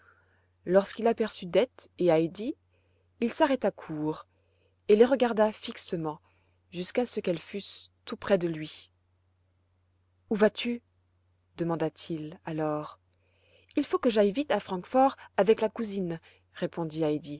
lorsqu'il aperçut dete et heidi il s'arrêta court et les regarda fixement jusqu'à ce qu'elles fussent tout près de lui où vas-tu demanda-t-il alors il faut que j'aille vite à francfort avec la cousine répondit